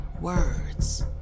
Words